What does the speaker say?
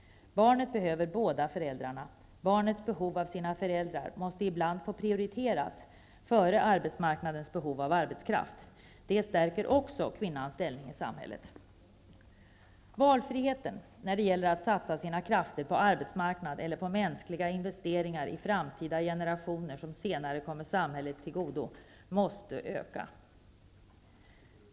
Barnet behöver båda föräldrarna. Barnets behov av sina föräldrar måste ibland få prioriteras före arbetsmarknadens behov av arbetskraft. Det stärker också kvinnans ställning i samhället. Valfriheten när det gäller att satsa sina krafter på arbetsmarknad eller på mänskliga investeringar i framtida generationer, som senare kommer samhället till del, måste öka.